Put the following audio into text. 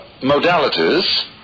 modalities